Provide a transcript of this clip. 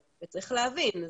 וצריך להבין,